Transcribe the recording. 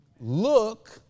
look